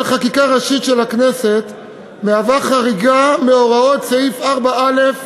חקיקה ראשית של הכנסת מהווה חריגה מהוראות סעיף 4(א)